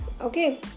Okay